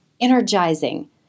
energizing